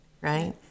right